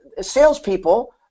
salespeople